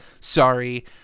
Sorry